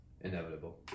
inevitable